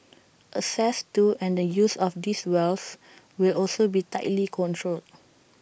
access to and the use of these wells will also be tightly controlled